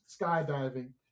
skydiving